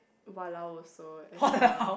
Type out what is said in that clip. !walao! also as well